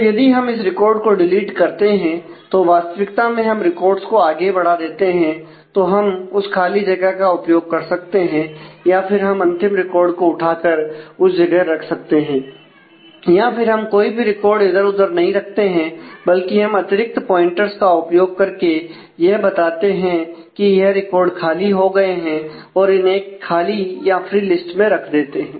तो यदि हम किसी रिकॉर्ड को डिलीट करते हैं तो वास्तविकता में हम रिकॉर्डस को आगे बढ़ा देते हैं तो हम उस खाली जगह का उपयोग कर सकते हैं या फिर हम अंतिम रिकॉर्ड को उठाकर उस जगह रख सकते हैं या फिर हम कोई भी रिकॉर्ड इधर उधर नहीं रखते हैं बल्कि हम अतिरिक्त प्वाइंटर्स में रख देते हैं